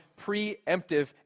preemptive